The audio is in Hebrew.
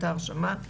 את ההרשמה.